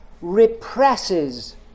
represses